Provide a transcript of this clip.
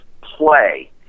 play